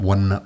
One